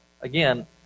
again